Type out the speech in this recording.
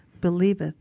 believeth